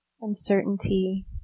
uncertainty